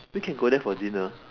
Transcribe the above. we can go there for dinner